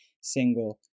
single